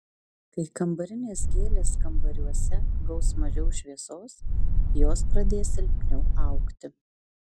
kai kambarinės gėlės kambariuose gaus mažiau šviesos jos pradės silpniau augti